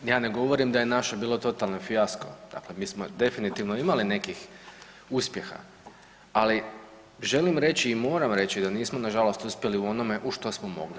Ja ne govorim da je naše bilo totalni fijasko, dakle mi smo definitivno imali nekih uspjeha, ali želim reći i moram reći da nismo nažalost uspjeli u onom u što smo mogli.